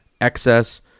excess